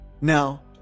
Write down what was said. Now